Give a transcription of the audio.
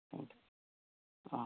অঁ অঁ